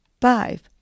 five